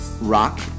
rock